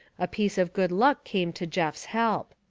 a piece of good luck came to jeff's help.